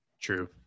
True